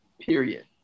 Period